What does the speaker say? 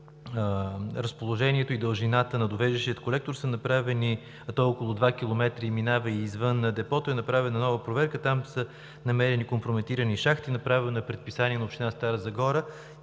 разположението и дължината на довеждащия колектор – той е около два километра и минава и извън депото, е направена нова проверка. Там са намерени компрометирани шахти, направено е предписание на Община Стара Загора